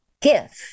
gift